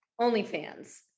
OnlyFans